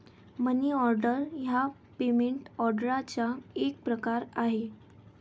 मनी order हा payment ऑर्डरचा एक प्रकार आहे